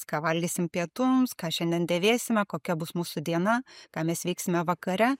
ką valgysim pietums ką šiandien dėvėsime kokia bus mūsų diena ką mes veiksime vakare